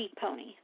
pony